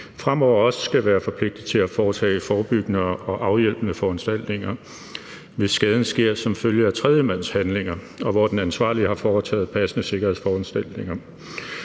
være forpligtet til at foretage forebyggende og afhjælpende foranstaltninger, hvis skaden sker som følge af tredjemands handlinger, og hvor den ansvarlige har foretaget passende sikkerhedsforanstaltninger.